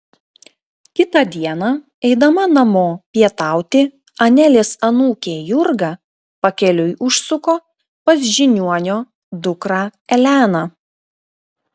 kitą dieną eidama namo pietauti anelės anūkė jurga pakeliui užsuko pas žiniuonio dukrą eleną